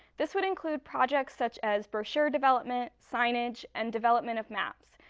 this would include projects such as brochure development, signage, and development of maps.